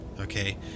okay